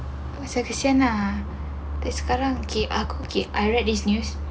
macam kesian lah dia sekarang cakap K aku I read this news